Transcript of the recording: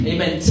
Amen